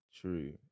True